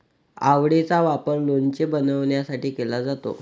आवळेचा वापर लोणचे बनवण्यासाठी केला जातो